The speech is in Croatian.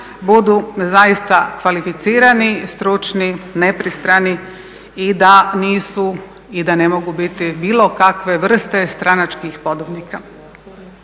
budu kvalificirani, stručni, nepristrani i da nisu i da ne mogu biti bilo kakve vrste stranačkih podobnika.